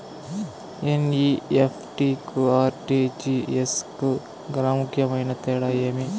NEFT కు RTGS కు గల ముఖ్యమైన తేడా ఏమి?